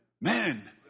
man